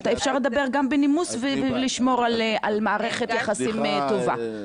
אפשר לדבר גם בנימוס ולשמור על מערכת יחסים טובה,